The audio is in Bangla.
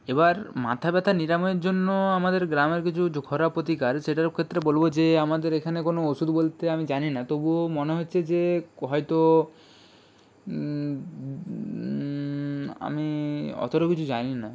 এবার মাথা ব্যথা নিরাময়ের জন্য আমাদের গ্রামের কিছু ঘরোয়া প্রতিকার সেটারও ক্ষেত্রে বলব যে আমাদের এখানে কোনো ওষুধ বলতে আমি জানি না তবুও মনে হচ্ছে যে হয়তো আমি অতটা কিছু জানি না